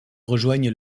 rejoignent